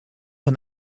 een